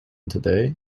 today